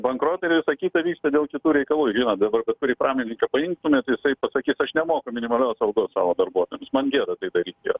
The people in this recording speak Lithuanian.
bankrotai ir visa kita vyksta dėl kitų reikalų žinot dabar bet kurį pramonininką paimtume tai jisai pasakytų aš nemoku minimalios algos savo darbuotojams man gėda tai daryt yra